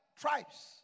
Tribes